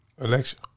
election